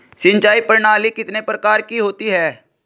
सिंचाई प्रणाली कितने प्रकार की होती हैं?